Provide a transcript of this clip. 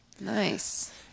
Nice